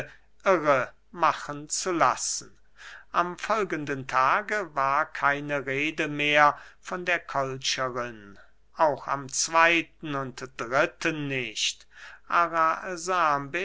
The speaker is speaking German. machen zu lassen am folgenden tage war keine rede mehr von der kolcherin auch am zweyten und dritten nicht